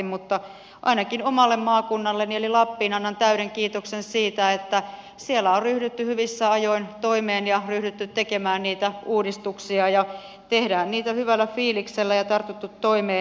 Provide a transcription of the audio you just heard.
mutta ainakin omalle maakunnalleni eli lappiin annan täyden kiitoksen siitä että siellä on ryhdytty hyvissä ajoin toimeen ja ryhdytty tekemään niitä uudistuksia ja tehdään niitä hyvällä fiiliksellä ja on tartuttu toimeen